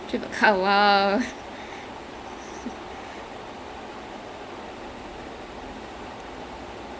he'll go and ya சும்மா அப்டியே:summa apdiyae car படுத்துகிட்டு:paduthukittu flip பண்ணிட்டு அதுதான் அவரோட:pannittu athuthaan avaroda workout